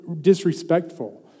Disrespectful